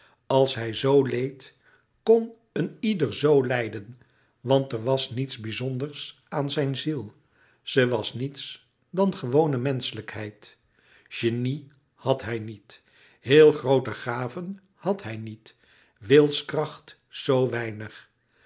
als hij zoo leed kon een ieder zoo lijden want er was niets bizonders aan zijn ziel ze was niets dan gewone menschelijkheid genie had hij niet heel groote gaven had hij niet wilskracht zoo weinig